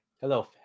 Hello